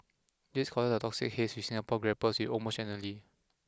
this causes the toxic haze which Singapore grapples with almost annually